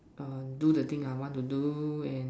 err do the thing I want to do and